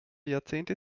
jahrzehnte